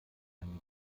einige